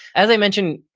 as i mentioned,